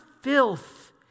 filth